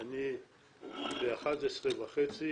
11:30,